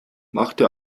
machte